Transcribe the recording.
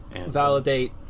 validate